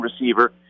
receiver